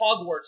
Hogwarts